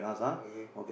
okay